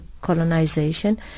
colonization